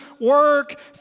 work